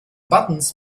buttons